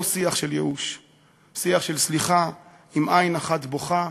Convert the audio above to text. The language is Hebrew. לא שיח של ייאוש, שיח של סליחה, עם עין אחת בוכה